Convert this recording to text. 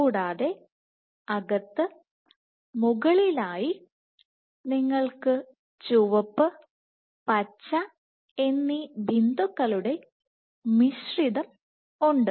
കൂടാതെ അകത്ത് മുകളിലായി നിങ്ങൾക്ക് ചുവപ്പ് പച്ച എന്നീ ബിന്ദുക്കളുടെ മിശ്രിതം ഉണ്ട്